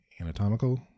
anatomical